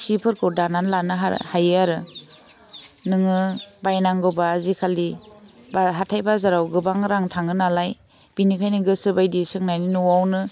सिफोरखौ दानानै लानो हा हायो आरो नोङो बायनांगौबा आजिखालि बा हाथाइ बाजाराव गोबां रां थाङो नालाय बिनिखायनो गोसो बायदि सोंनानै न'वावनो